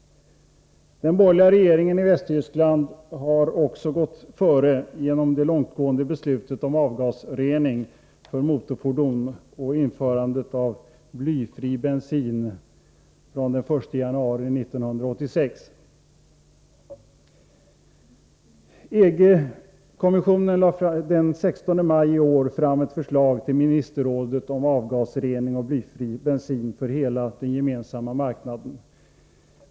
Den borgerliga regeringen i Västtyskland har också gått före genom det långtgående beslutet om avgasrening för motorfordon och införandet av blyfri bensin från den 1 januari 1986. EG-kommissionen lade den 16 maj i år fram ett förslag till ministerrådet om avgasrening och blyfri bensin för hela den gemensamma marknaden.